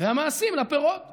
והמעשים לפירות.